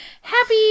happy